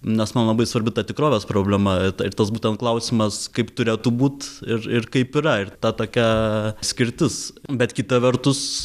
nes man labai svarbi ta tikrovės problema ir tas būtent klausimas kaip turėtų būt ir ir kaip yra ir ta tokia skirtis bet kita vertus